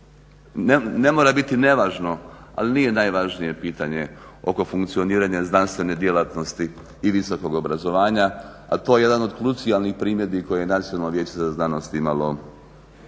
ne moram biti nevažno ali nije najvažnije pitanje oko funkcioniranja znanstvene djelatnosti i visokog obrazovanja, a to je jedan od krucijalnih primjedbi koje je Nacionalno vijeće za znanost prilikom